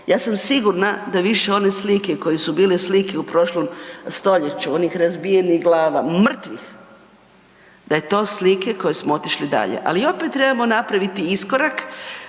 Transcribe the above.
Ja sam sigurna da više one slike koje su bile slike u prošlom stoljeću, onih razbijenih glava, mrtvih, da je to slike koje smo otišli dalje, ali opet trebamo napraviti iskorak,